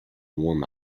warm